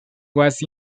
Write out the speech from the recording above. was